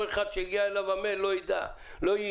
אחד שהגיע אליו המייל לא יידע --- לא,